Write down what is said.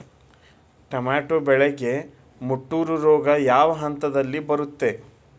Tomato ಬೆಳೆಗೆ ಮುಟೂರು ರೋಗ ಯಾವ ಹಂತದಲ್ಲಿ ಬರುತ್ತೆ?